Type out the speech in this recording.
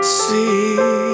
see